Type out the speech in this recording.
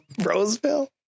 Roseville